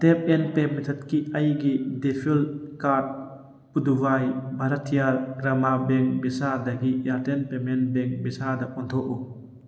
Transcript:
tap and pay ꯃꯦꯊꯠꯀꯤ ꯑꯩꯒꯤ default card ꯄꯨꯗꯨꯕꯥꯏ ꯕꯥꯔꯠꯇꯤꯌꯥꯔ ꯒ꯭ꯔꯥꯃꯥ ꯕꯦꯡ ꯕꯤꯁꯥꯗꯒꯤ ꯏꯌꯥꯔꯇꯦꯜ ꯄꯦꯃꯦꯟ ꯕꯦꯡ ꯕꯤꯁꯥꯗ ꯑꯣꯟꯊꯣꯛꯎ